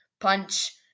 punch